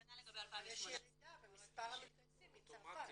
כנ"ל לגבי 2018. יש ירידה במספר המתגייסים מצרפת.